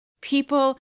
people